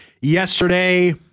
yesterday